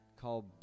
called